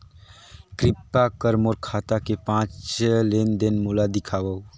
कृपया कर मोर खाता के पांच लेन देन मोला दिखावव